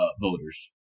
voters